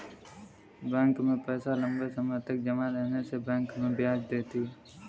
bank में पैसा लम्बे समय तक जमा रहने से बैंक हमें ब्याज देता है